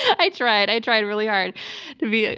i tried i tried really hard to be.